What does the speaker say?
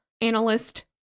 analyst